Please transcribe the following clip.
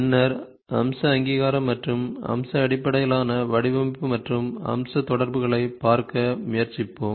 பின்னர் அம்ச அங்கீகாரம் மற்றும் அம்ச அடிப்படையிலான வடிவமைப்பு மற்றும் அம்ச தொடர்புகளைப் பார்க்க முயற்சிப்போம்